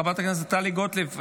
חברת הכנסת טלי גוטליב,